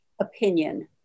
opinion